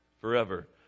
forever